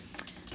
我的